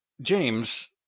james